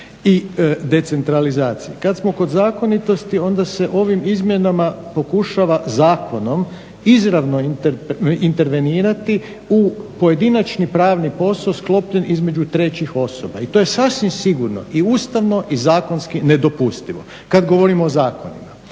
i decentralizaciji. Kada smo kod zakonitosti onda se ovim izmjenama pokušava zakonom izravno intervenirati u pojedinačni pravni posao sklopljen između trećih osoba i to je sasvim sigurno i ustavno i zakonski nedopustivo kada govorimo o zakonima.